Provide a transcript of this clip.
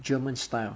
german style